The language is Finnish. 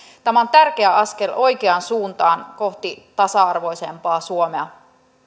tämä on tärkeä askel oikeaan suuntaan kohti tasa arvoisempaa suomea